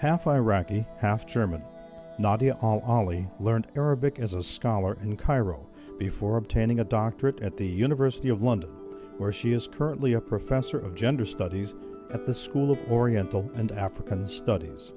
half iraqi half german not only learned arabic as a scholar in cairo before obtaining a doctorate at the university of london where she is currently a professor of gender studies at the school oriental and african studies